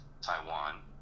taiwan